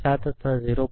7 અથવા 0